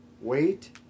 wait